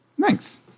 Thanks